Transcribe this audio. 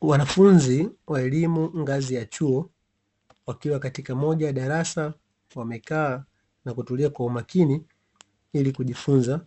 Wanafunzi wa elimu ngazi ya chuo wakiwa katika moja ya darasa, wamekaa na kutulia kwa umakini ili kujifunza.